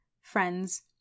friends